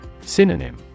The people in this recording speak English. Synonym